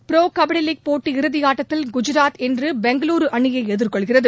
bro kabaddi league போட்டி இறுதி ஆட்டத்தில் குஜராத் இன்று பெங்களுரு அணியை எதிர்கொள்கிறது